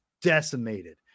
decimated